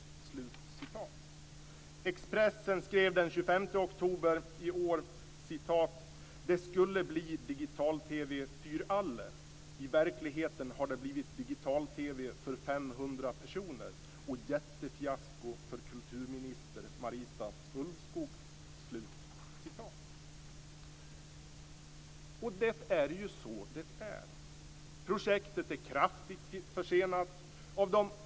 Expressen skrev den 25 oktober i år: "Det skulle bli 'Digital-tv für alle'. I verkligheten har det blivit digital-TV für 500 personer. Och jättefiasko für kulturminister Marita Ulvskog." Det är ju så det är. Projektet är kraftigt försenat.